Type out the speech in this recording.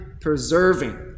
preserving